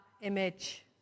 image